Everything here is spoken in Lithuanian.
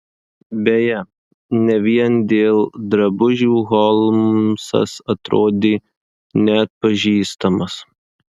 beje ne vien dėl drabužių holmsas atrodė neatpažįstamas